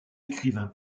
écrivain